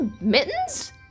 Mittens